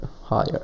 higher